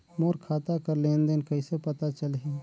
मोर खाता कर लेन देन कइसे पता चलही?